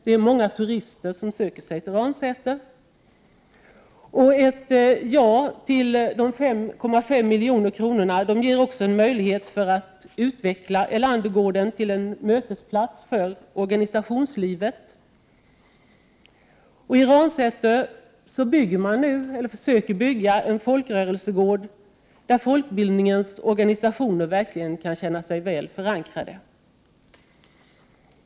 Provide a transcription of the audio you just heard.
Det är många turister som söker sig till Ransäter. Ett ja till de 5,5 miljonerna ger också en möjlighet att utveckla Erlandergården till en mötesplats för organisationslivet. I Ransäter försöker man nu att bygga en folkrörelsegård där folkbildningens organisationer verkligen kan känna sig väl förankrade.